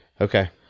Okay